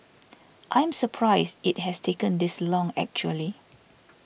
I'm surprised it has taken this long actually